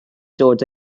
dod